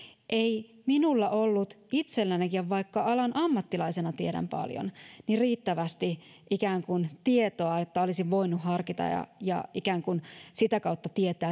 ei minulla ollut itselläni vaikka alan ammattilaisena tiedän paljon riittävästi tietoa että olisin voinut harkita ja ja ikään kuin sitä kautta tietää